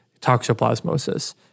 toxoplasmosis